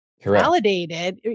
validated